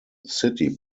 city